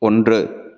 ஒன்று